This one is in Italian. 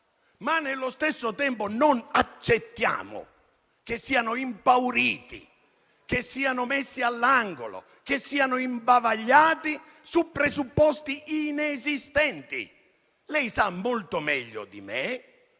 Ma nello stesso tempo non accettiamo che siano impauriti, che siano messi all'angolo, che siano imbavagliati su presupposti inesistenti. Lei sa molto meglio di me